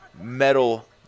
metal